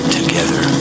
together